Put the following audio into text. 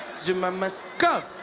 zuma must go!